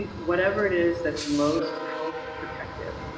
whatever it is that's most health protective,